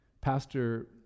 Pastor